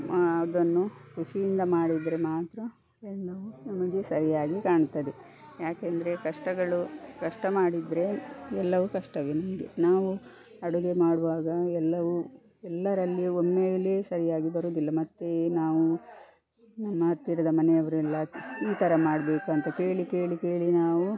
ಅದನ್ನು ಖುಷಿಯಿಂದ ಮಾಡಿದರೆ ಮಾತ್ರ ಎಲ್ಲವೂ ನಮಗೆ ಸರಿಯಾಗಿ ಕಾಣ್ತದೆ ಯಾಕೆಂದರೆ ಕಷ್ಟಗಳು ಕಷ್ಟ ಮಾಡಿದರೆ ಎಲ್ಲವು ಕಷ್ಟವೇ ಹಿಂಗೆ ನಾವು ಅಡುಗೆ ಮಾಡುವಾಗ ಎಲ್ಲವು ಎಲ್ಲರಲ್ಲಿ ಒಮ್ಮೇಲೆ ಸರಿಯಾಗಿ ಬರೋದಿಲ್ಲ ಮತ್ತು ನಾವು ನಮ್ಮ ಹತ್ತಿರದ ಮನೆಯವರೆಲ್ಲ ಈ ಥರ ಮಾಡಬೇಕು ಅಂತ ಕೇಳಿ ಕೇಳಿ ಕೇಳಿ ನಾವು